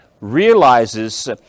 realizes